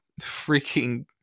freaking